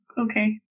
okay